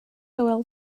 hywel